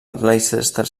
leicester